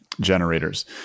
generators